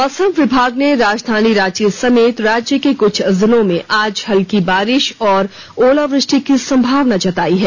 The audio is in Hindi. मौसम विभाग ने राजधानी रांची समेत राज्य के कुछ जिलों में आज हल्की बारिश और ओलावृष्टि की संभावना जतायी है